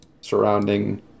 surrounding